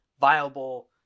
viable